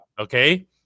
Okay